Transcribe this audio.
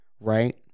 right